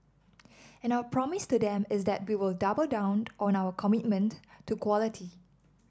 and our promise to them is that we will double down on our commitment to quality